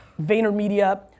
VaynerMedia